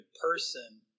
person